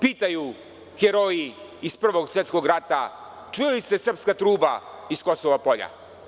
Pitaju heroji iz Prvog svetskog rata čuje li se srpska truba sa Kosova polja?